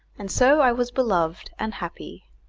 and so i was beloved and happy.